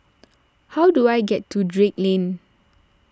how do I get to Drake Lane